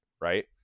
Right